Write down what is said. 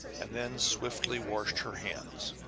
and then swiftly washed her hands.